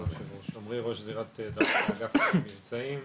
עמרי טלר, אגף המבצעים.